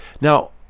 Now